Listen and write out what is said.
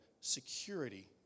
security